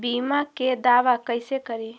बीमा के दावा कैसे करी?